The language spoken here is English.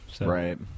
Right